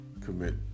commit